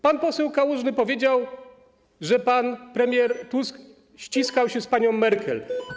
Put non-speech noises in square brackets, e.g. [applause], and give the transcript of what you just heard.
Pan poseł Kałużny powiedział, że pan premier Tusk [noise] ściskał się z panią Merkel.